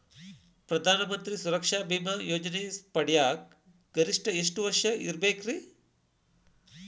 ಪ್ರಧಾನ ಮಂತ್ರಿ ಸುರಕ್ಷಾ ಭೇಮಾ ಯೋಜನೆ ಪಡಿಯಾಕ್ ಗರಿಷ್ಠ ಎಷ್ಟ ವರ್ಷ ಇರ್ಬೇಕ್ರಿ?